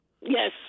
Yes